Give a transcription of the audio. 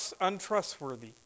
untrustworthy